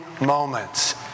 moments